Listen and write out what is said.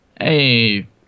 hey